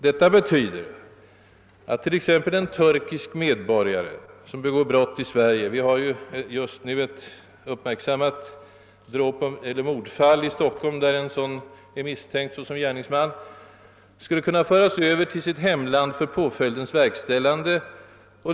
Detta betyder att t.ex. en turkisk medborgare som begår brott i Sverige — vi har just nu ett uppmärksammat dråpeller mordfall i Stockholm, där en sådan är misstänkt som gärningsman — skulle kunna föras över till sitt hemland för påföljdens verkställande.